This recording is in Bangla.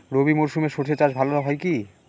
রবি মরশুমে সর্ষে চাস ভালো হয় কি?